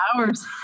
hours